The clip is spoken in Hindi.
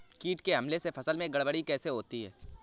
कीट के हमले से फसल में गड़बड़ी कैसे होती है?